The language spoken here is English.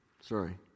sorry